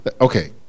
okay